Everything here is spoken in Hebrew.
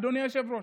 אדוני היושב-ראש.